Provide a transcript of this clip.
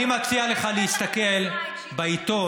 אני אומר לך: אני מציע להסתכל, יש דרך למצרים.